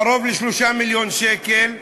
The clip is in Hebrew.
קרוב ל-3 מיליון שקל,